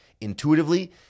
intuitively